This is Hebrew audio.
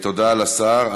תודה לשר.